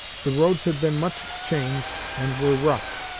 the roads had been much changed and were rough.